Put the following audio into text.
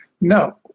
No